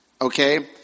Okay